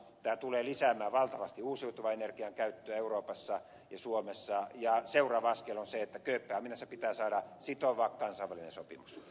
tämä tulee lisäämään valtavasti uusiutuvan energian käyttöä euroopassa ja suomessa ja seuraava askel on se että kööpenhaminassa pitää saada sitova kansainvälinen sopimus